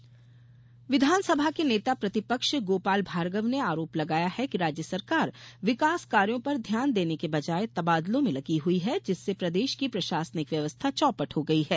नेता प्रतिपक्ष बयान विधानसभा के नेता प्रतिपक्ष गोपाल भार्गव ने आरोप लगाया है कि राज्य सरकार विकासकार्यो पर ध्यान देने की बजाय तबादलों में लगी हई है जिससे प्रदेश की प्रशासनिक व्यवस्था चौपट हो गई है